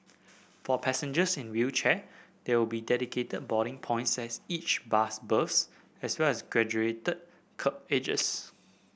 for passengers in wheelchair there will be dedicated boarding points at each bus berth as well as graduated kerb edges